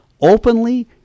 openly